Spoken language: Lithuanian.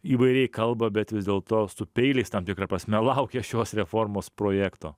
įvairiai kalba bet vis dėlto su peiliais tam tikra prasme laukia šios reformos projekto